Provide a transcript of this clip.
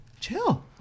chill